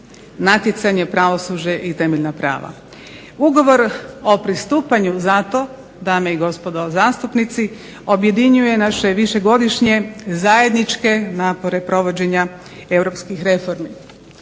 natjecanje, pravosuđe i temeljna prava. Ugovor o pristupanju zato dame i gospodo zastupnici, objedinjuje naše višegodišnje zajedničke napore provođenja europskih reformi.